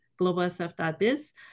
globalsf.biz